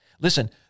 Listen